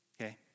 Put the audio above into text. Okay